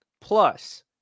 Plus